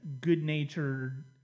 good-natured